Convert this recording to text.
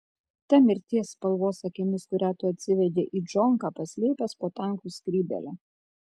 ta mirties spalvos akimis kurią tu atsivedei į džonką paslėpęs po tankų skrybėle